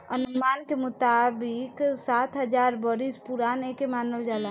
अनुमान के मुताबिक सात हजार बरिस पुरान एके मानल जाला